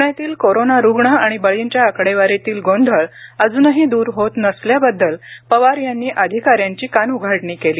पुण्यातील कोरोना रुग्ण आणि बळींच्या आकडेवारीतील गोंधळ अजूनही दूर होत नसल्याबद्दल पवार यांनी अधिकाऱ्यांची कानउघाडणी केली